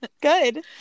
Good